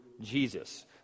Jesus